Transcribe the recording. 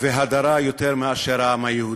והדרה יותר מהעם היהודי.